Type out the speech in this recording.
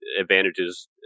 advantages